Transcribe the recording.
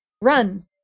run